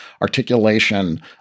articulation